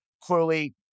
Clearly